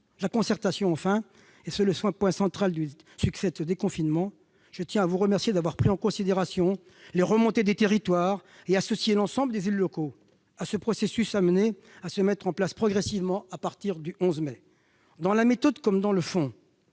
La concertation, enfin. C'est le point central du succès du déconfinement : je tiens à vous remercier d'avoir pris en considération les remontées des territoires et associé l'ensemble des élus locaux à ce processus amené à se mettre en place progressivement à partir du 11 mai. Dans la méthode comme dans le fond,